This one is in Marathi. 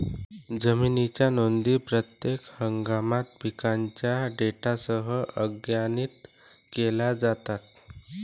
जमिनीच्या नोंदी प्रत्येक हंगामात पिकांच्या डेटासह अद्यतनित केल्या जातात